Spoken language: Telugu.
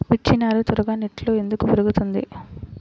మిర్చి నారు త్వరగా నెట్లో ఎందుకు పెరుగుతుంది?